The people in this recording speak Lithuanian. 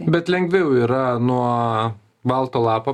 bet lengviau yra nuo balto lapo